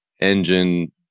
engine